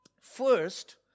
First